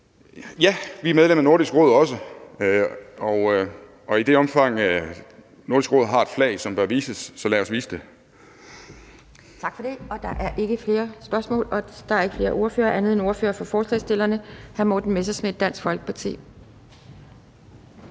Ja, vi er også medlem af Nordisk Råd, og i det omfang, Nordisk Råd har et flag, som bør vises, så lad os vise det. Kl. 12:45 Anden næstformand (Pia Kjærsgaard): Tak for det. Der er ikke flere spørgsmål, og der er ikke flere ordførere andre end ordføreren for forslagsstillerne, hr. Morten Messerschmidt, Dansk Folkeparti.